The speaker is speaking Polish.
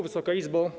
Wysoka Izbo!